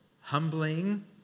humbling